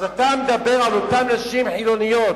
אז אתה מדבר על אותן נשים חילוניות.